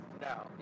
now